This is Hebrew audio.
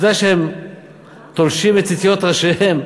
אתה יודע שהם תולשים את ציציות ראשיהם?